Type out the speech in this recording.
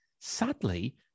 Sadly